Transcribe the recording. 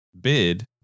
bid